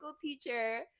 teacher